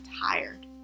tired